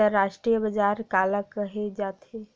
अंतरराष्ट्रीय बजार काला कहे जाथे?